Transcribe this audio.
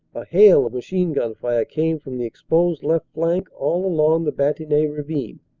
a hail of machine-gun fire came from the exposed left flank all along the bantigny ravine,